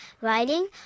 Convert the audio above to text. writing